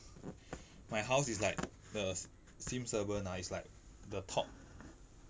my house is like the ah is like the top